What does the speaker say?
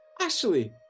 Ashley